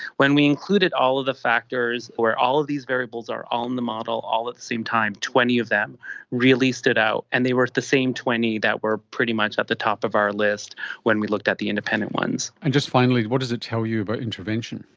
when we included all of the factors where all of these variables are on the model all at the same time, twenty of them really stood out and they were the same twenty that were pretty much at the top of our list when we looked at the independent ones. and just finally, what does it tell you about intervention?